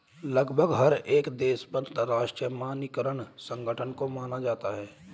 लगभग हर एक देश में अंतरराष्ट्रीय मानकीकरण संगठन को माना जाता है